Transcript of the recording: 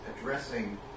addressing